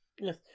yes